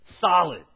solid